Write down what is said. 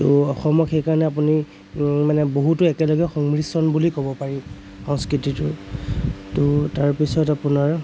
ত' অসমক সেইকাৰণে আপুনি মানে বহুতো একেলগে সংমিশ্ৰণ বুলি ক'ব পাৰি সংস্কৃতিটোৰ ত' তাৰ পিছত আপোনাৰ